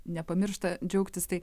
nepamiršta džiaugtis tai